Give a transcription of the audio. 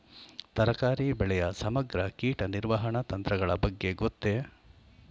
ತರಕಾರಿ ಬೆಳೆಯ ಸಮಗ್ರ ಕೀಟ ನಿರ್ವಹಣಾ ತಂತ್ರಗಳ ಬಗ್ಗೆ ಗೊತ್ತೇ?